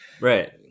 Right